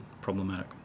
problematic